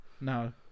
No